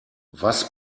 was